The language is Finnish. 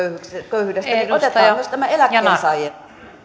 köyhyydestä niin otetaan myös tämä eläkkeensaajien